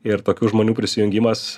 ir tokių žmonių prisijungimas